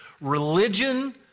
Religion